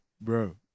Bro